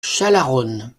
chalaronne